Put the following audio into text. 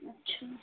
अच्छा